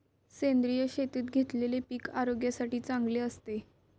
सेंद्रिय शेतीत घेतलेले पीक आरोग्यासाठी चांगले असते